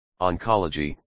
Oncology